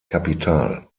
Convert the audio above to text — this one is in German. kapital